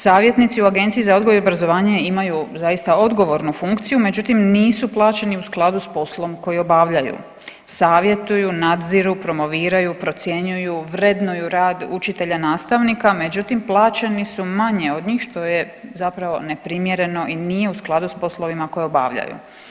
Savjetnici u Agenciji za odgoj i obrazovanje imaju zaista odgovornu funkciju, međutim nisu plaćeni u skladu s poslom koji obavljaju, savjetuju, nadziru, promoviraju, procjenjuju, vrednuju rad učitelja, nastavnika, međutim plaćeni su manje od njih što je zapravo neprimjereno i nije u skladu s poslovima koje obavljaju.